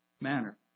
manner